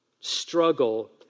struggle